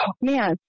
man